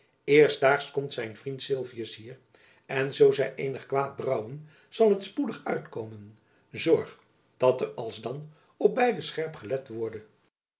eerstdaags komt zijn vriend sylvius hier en zoo zy eenig kwaad brouwen zal het spoedig uitkomen zorg dat er als dan op beiden scherp gelet worde